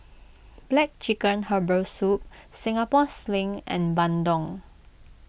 Black Chicken Herbal Soup Singapore Sling and Bandung